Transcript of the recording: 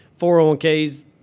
401Ks